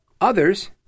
others